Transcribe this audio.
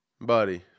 buddy